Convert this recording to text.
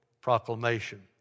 proclamation